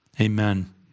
Amen